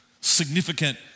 significant